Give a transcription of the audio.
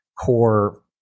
core